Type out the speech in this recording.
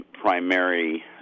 primary